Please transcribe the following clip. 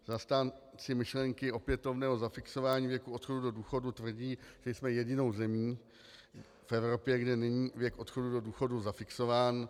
Zastánci myšlenky opětovného zafixování věku odchodu do důchodu tvrdí, že jsme jedinou zemí v Evropě, kde není věk odchodu do důchodu zafixován.